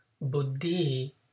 Buddhi